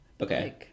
Okay